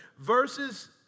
Verses